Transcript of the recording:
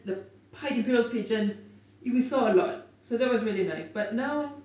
the pied imperial pigeons we saw a lot so that was really nice but now